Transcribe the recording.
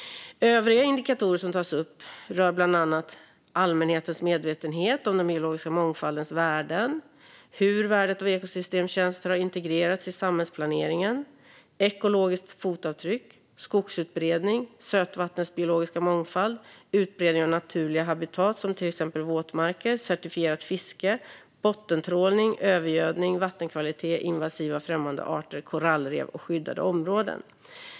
Övriga indikatorer som tas upp rör bland annat allmänhetens medvetenhet om den biologiska mångfaldens värden, hur värdet av ekosystemtjänster har integrerats i samhällsplaneringen, ekologiskt fotavtryck, skogsutbredning, sötvattnens biologiska mångfald, utbredning av naturliga habitat som till exempel våtmarker, certifierat fiske, bottentrålning, övergödning, vattenkvalitet, invasiva främmande arter, korallrev och skyddade områden.